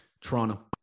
toronto